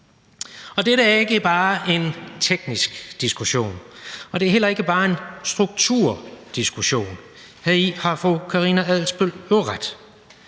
Og dette er ikke bare en teknisk diskussion, og det er heller ikke bare en strukturdiskussion. Heri har fru Karina Adsbøl jo ret.